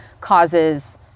causes